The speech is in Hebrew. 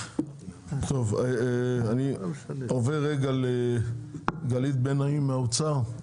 אני עובר לגלית בן נאים מהאוצר.